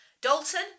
Dalton